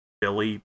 Billy